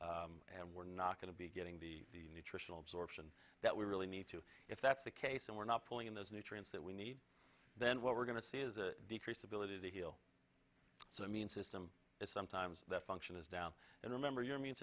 and we're not going to be getting the nutritional absorption that we really need to if that's the case and we're not pulling in those nutrients that we need then what we're going to see is a decrease ability to heal so i mean system is sometimes that function is down and remember your immune